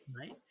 Right